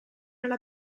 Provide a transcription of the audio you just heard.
alla